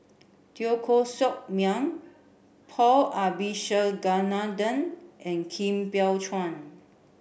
Teo Koh Sock Miang Paul Abisheganaden and kim Biow Chuan